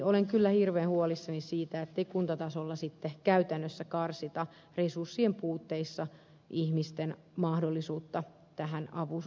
olen kyllä hirveän huolissani siitä että kuntatasolla käytännössä karsitaan resurssien puutteissa ihmisten mahdollisuutta tähän apuun